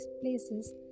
places